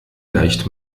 leicht